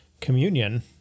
communion